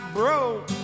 broke